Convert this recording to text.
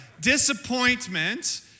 Disappointment